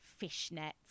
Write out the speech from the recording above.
fishnets